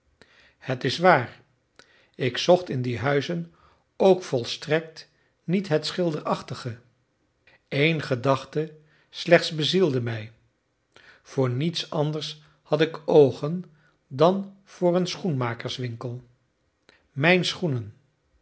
het is waar ik zocht in die huizen ook volstrekt niet het schilderachtige eén gedachte slechts bezielde mij voor niets anders had ik oogen dan voor een schoenmakerswinkel mijn schoenen